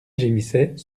gémissait